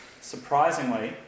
surprisingly